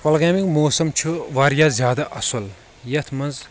کۄلگامیُک موسم چھُ واریاہ زیادٕ اصٕل یتھ منٛز